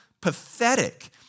pathetic